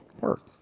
work